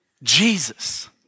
Jesus